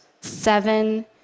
seven